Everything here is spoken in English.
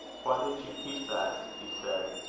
why did you keep that? he said.